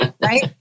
Right